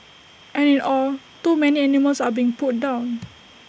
and in all too many animals are being put down